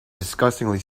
disgustingly